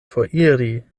foriri